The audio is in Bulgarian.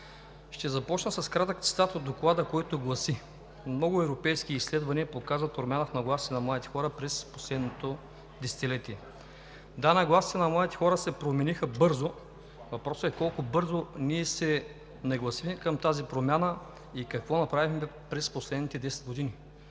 Ще започна с кратък цитат от Доклада, който гласи: „Много европейски изследвания показват промяна в нагласите на младите хора през последното десетилетие“. Да, нагласите на младите хора се промениха бързо. Въпросът е колко бързо ние се нагласихме към тази промяна и какво направихме през последните десет години.